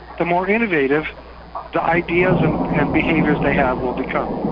the more innovative the ideas and and behaviours they have will become.